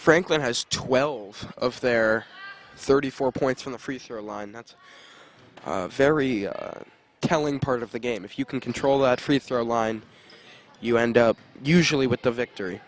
franklin has twelve of their thirty four points from the free throw line that's very telling part of the game if you can control that free throw line you end up usually with the victory